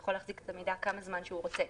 יכולים להחזיק את המידע כמה זמן שהם רוצים.